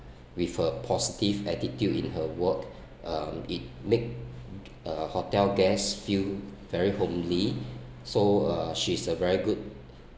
with her positive attitude in her work um it make a hotel guest feel very homely so uh she's a very good